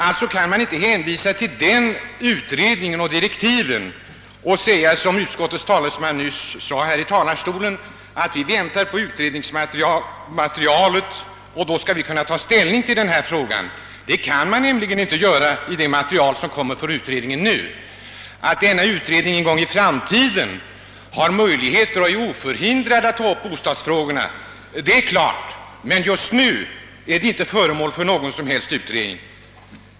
Alltså kan man inte hänvisa till denna utredning och till direktiven för den och säga, som utskottets talesman nyss gjorde här i talarstolen, att vi väntar på utrednings materialet innan vi kan ta ställning till frågan. Det kan man nämligen inte göra på grundval av det material som kommer. Det är möjligt att denna utredning någon gång i framtiden kommer att få möjligheter att ta upp bostadsfrågan för (de handikappade till behandling, men just nu är den inte föremål för någon som helst utredning.